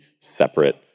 separate